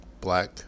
black